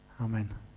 Amen